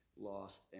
lost